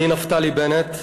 אני, נפתלי בנט,